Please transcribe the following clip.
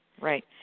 Right